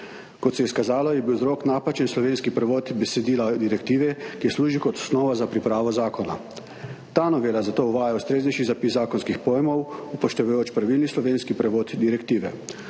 Kot se je izkazalo, je bil vzrok napačen slovenski prevod besedila direktive, ki je služilo kot osnova za pripravo zakona. Ta novela zato uvaja ustreznejši zapis zakonskih pojmov, upoštevajoč pravilni slovenski prevod direktive.